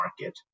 market